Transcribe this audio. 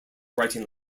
writing